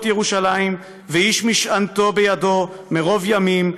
ירושלם ואיש משענתו בידו מרֹב ימים,